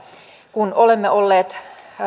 kun olemme olleet